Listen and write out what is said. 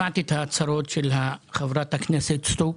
שמעתי את ההצהרות של חברת הכנסת סטרוק,